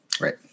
Right